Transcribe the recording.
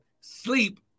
sleep